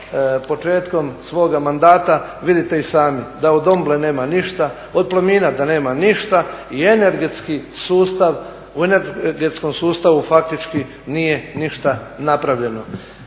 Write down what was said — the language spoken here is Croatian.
početkom svoga mandata vidite i sami da od Omble nema ništa, od Plomina da nema ništa i u energetskom sustavu faktički nije ništa napravljeno.